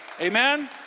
amen